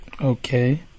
Okay